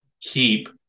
keep